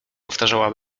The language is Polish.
powtarzała